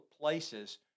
places